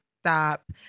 stop